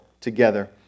together